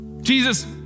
Jesus